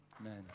Amen